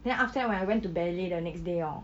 then after that when I went to ballet the next day hor